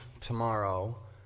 tomorrow